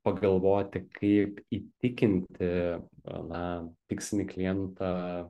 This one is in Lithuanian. pagalvoti kaip įtikinti na tikslinį klientą